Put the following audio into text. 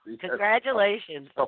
Congratulations